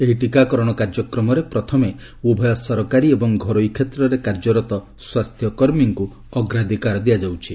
ଏହି ଟିକାକରଣ କାର୍ଯ୍ୟକ୍ରମରେ ପ୍ରଥମେ ଉଭୟ ସରକାରୀ ଏବଂ ଘରୋଇ କ୍ଷେତ୍ରରେ କାର୍ଯ୍ୟରତ ସ୍ୱାସ୍ଥ୍ୟକର୍ମୀଙ୍କୁ ଅଗ୍ରାଧିକାର ଦିଆଯାଉଛି